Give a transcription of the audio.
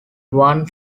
one